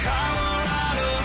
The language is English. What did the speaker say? Colorado